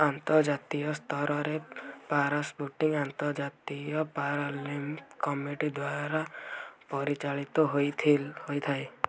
ଆନ୍ତର୍ଜାତୀୟ ସ୍ତରରେ para shooting ଆନ୍ତର୍ଜାତୀୟ ପାରାଲିମ୍ପିକ୍ କମିଟି ଦ୍ୱାରା ପରିଚାଳିତ ହୋଇଥାଏ